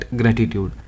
gratitude